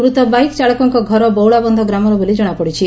ମୃତ ବାଇକ୍ ଚାଳକଙ୍କ ଘର ବଉଳାବନ୍ଧ ଗ୍ରାମର ବୋଲି ଜଣାପଡିଛି